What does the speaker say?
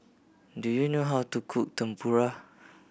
do you know how to cook Tempura